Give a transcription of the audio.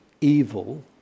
evil